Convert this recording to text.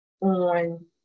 on